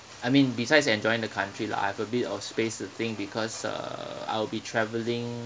I mean besides enjoying the country lah I have a bit of space to think because uh I'll be travelling